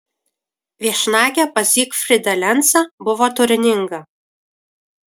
viešnagė pas zygfrydą lencą buvo turininga